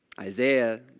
Isaiah